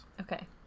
Okay